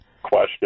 question